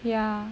ya